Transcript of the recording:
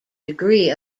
degree